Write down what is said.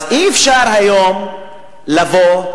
אז אי-אפשר היום לבוא,